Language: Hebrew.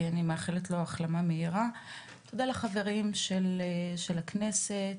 תודה לחברים של הכנסת,